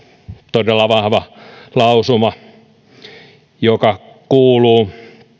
todella vahva lausuma joka kuuluu